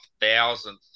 thousandth